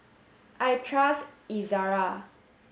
I trust Ezerra